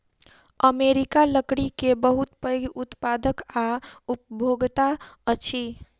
America लकड़ी के बहुत पैघ उत्पादक आ उपभोगता अछि